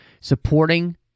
supporting